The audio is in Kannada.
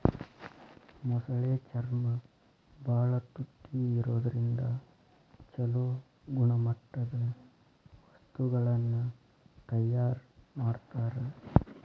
ಮೊಸಳೆ ಚರ್ಮ ಬಾಳ ತುಟ್ಟಿ ಇರೋದ್ರಿಂದ ಚೊಲೋ ಗುಣಮಟ್ಟದ ವಸ್ತುಗಳನ್ನ ತಯಾರ್ ಮಾಡ್ತಾರ